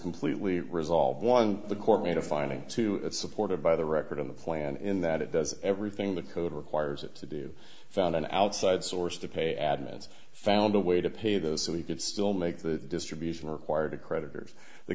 completely resolved one the court made a finding to supported by the record of the plan in that it does everything the code requires it to do found an outside source to pay adman's found a way to pay those so he could still make the distribution require the creditors the